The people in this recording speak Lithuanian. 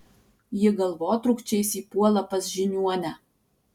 ji galvotrūkčiais įpuola pas žiniuonę